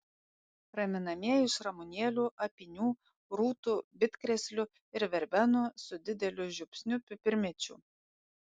raminamieji iš ramunėlių apynių rūtų bitkrėslių ir verbenų su dideliu žiupsniu pipirmėčių